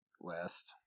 West